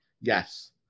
Yes